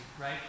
right